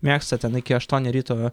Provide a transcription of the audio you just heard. mėgsta ten iki aštuonių ryto